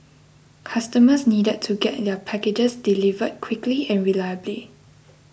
customers needed to get their packages delivered quickly and reliably